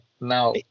now